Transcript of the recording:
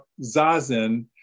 Zazen